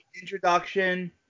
introduction